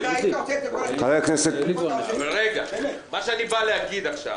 מה שאני בא להגיד עכשיו,